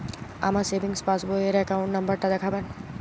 আমার savings passbook র account number টা দেখাবেন?